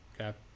okay